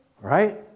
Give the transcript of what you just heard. Right